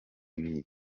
ibihe